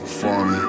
funny